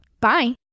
Bye